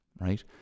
right